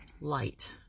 light